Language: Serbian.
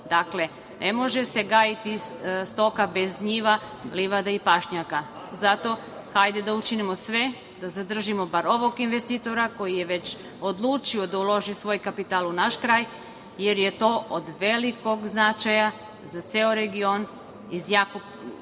Dakle, ne može se gajiti stoka bez njiva, livada i pašnjaka. Zato, hajde da učinimo sve da zadržimo bar ovog investitora koji je već odlučio da uloži svoj kapital u naš kraj, jer je to od velikog značaja za ceo region iz jako